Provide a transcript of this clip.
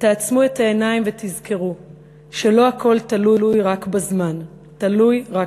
תעצמו את העיניים ותזכרו/ שלא הכול תלוי רק בזמן/ תלוי רק